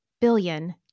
billion